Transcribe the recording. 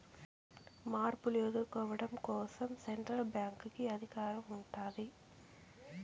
మార్పులు ఎదుర్కోవడం కోసం సెంట్రల్ బ్యాంక్ కి అధికారం ఉంటాది